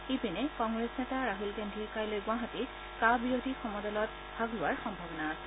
ইপিনে কংগ্ৰেছ নেতা ৰাছল গান্ধীয়ে কাইলৈ গুৱাহাটীত 'কা' বিৰোধী সমদলত ভাগ লোৱাৰ সম্ভাৱনা আছে